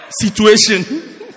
situation